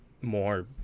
more